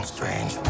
Strange